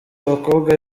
abakobwa